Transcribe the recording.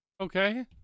Okay